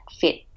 fit